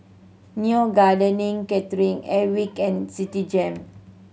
Neo Gardening Catering Airwick and Citigem